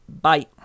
Bye